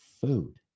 food